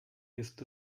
ist